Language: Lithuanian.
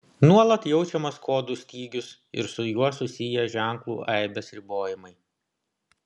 nuolat jaučiamas kodų stygius ir su juo susiję ženklų aibės ribojimai